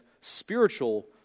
spiritual